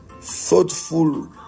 thoughtful